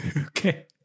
Okay